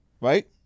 Right